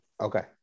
Okay